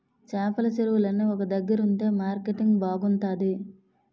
చేపల చెరువులన్నీ ఒక దగ్గరుంతె మార్కెటింగ్ బాగుంతాది